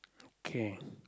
okay